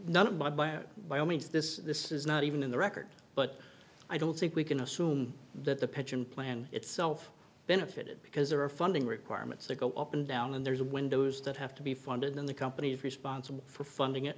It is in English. none of my by by all means this this is not even in the record but i don't think we can assume that the pension plan itself benefited because there are funding requirements that go up and down and there's a windows that have to be funded in the companies responsible for funding it